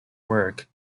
work